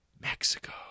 Mexico